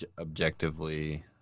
objectively